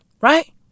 Right